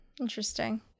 Interesting